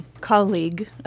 colleague